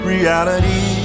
Reality